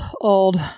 old